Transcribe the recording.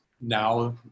now